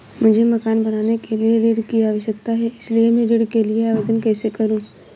मुझे मकान बनाने के लिए ऋण की आवश्यकता है इसलिए मैं ऋण के लिए आवेदन कैसे करूं?